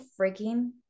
freaking